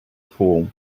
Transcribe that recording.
fall